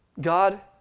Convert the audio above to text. God